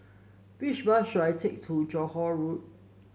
which bus should I take to Johore Road